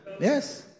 yes